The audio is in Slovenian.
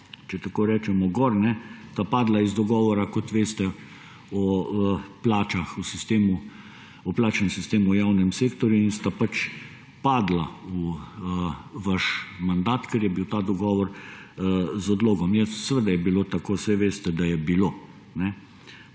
če tako rečemo gor, sta padla, kot veste, iz dogovora o plačah v plačnem sistemu v javnem sektorju in sta pač padla v vaš mandat, ker je bil ta dogovor z odlogom. Seveda je bilo tako, saj veste, da je bilo.